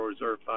Reserve